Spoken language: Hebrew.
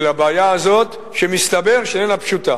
ומסתבר שהבעיה הזאת איננה פשוטה.